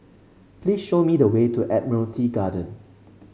please show me the way to Admiralty Garden